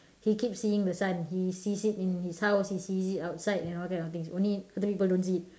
he keep seeing the son he sees it in his house he sees it outside and all kind of things only certain people don't see it